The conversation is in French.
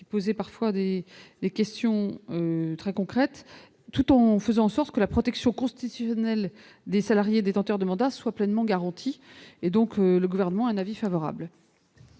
qui posaient parfois problème, tout en faisant en sorte que la protection constitutionnelle des salariés détenteurs de mandat soit pleinement garantie. Le Gouvernement y est favorable.